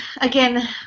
again